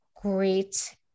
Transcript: great